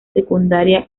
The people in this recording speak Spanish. secundaria